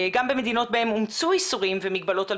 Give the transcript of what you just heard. גם במדינות בהן אומצו איסורים ומגבלות על